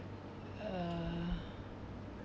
uh